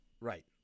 Right